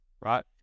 right